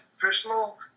personal